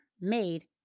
made